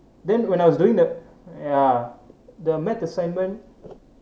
then when I was doing the ya the math assignment